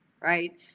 Right